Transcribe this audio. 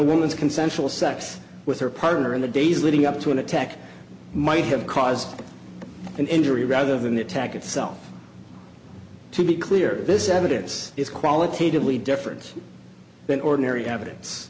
woman's consensual sex with her partner in the days leading up to an attack might have caused an injury rather than the attack itself to be clear this evidence is qualitatively different than ordinary evidence